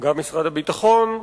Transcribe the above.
גם משרד הביטחון.